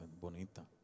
bonita